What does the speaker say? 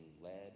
led